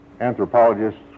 anthropologists